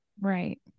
right